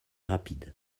rapides